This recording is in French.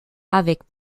avec